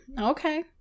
Okay